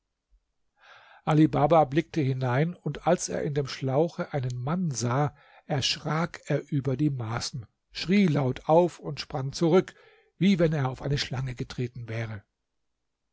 baba blickte hinein und als er in dem schlauche einen mann sah erschrak er über die maßen schrie laut auf und sprang zurück wie wenn er auf eine schlange getreten wäre